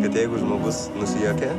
kad jeigu žmogus nusijuokia